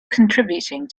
contributing